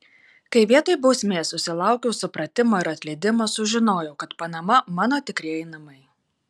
kai vietoj bausmės susilaukiau supratimo ir atleidimo sužinojau kad panama mano tikrieji namai